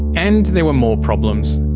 and there were more problems.